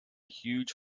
huge